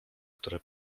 które